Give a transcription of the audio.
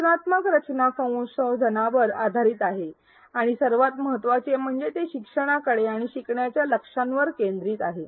सूचनात्मक रचना संशोधनावर आधारित आहे आणि सर्वात महत्त्वाचे म्हणजे ते शिक्षणाकडे आणि शिकण्याच्या लक्ष्यांवर केंद्रित आहे